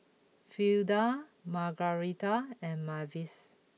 Fleda Margarita and Mavis